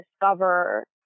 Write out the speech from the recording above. discover